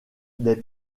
des